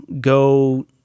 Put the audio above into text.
go